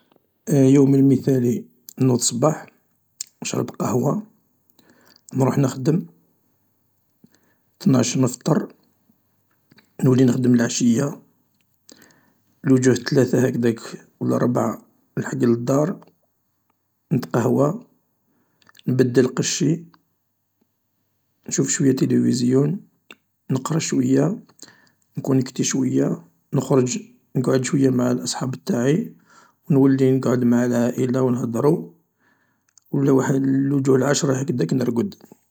﻿يوم مثالي، نوض صباح نشرب قهوة، نروح نخدم. ثناعش نفطر نولي نخدم العشية، يوجوه ثلاثة هكذاك ولا ربعة لحق الدار نتقهوة. نبدل قشي، نشوف شوية تيليوزيون، نقرا شوية، نكونيكتي شوية. نخرج نقعد شوية مع الأصحاب تاعي، ونولي نقعد مع العائلة ونهدرو ولا وح-وجه العاشرة هكذاك نرقد.